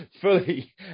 fully